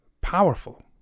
powerful